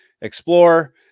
explore